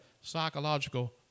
psychological